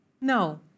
No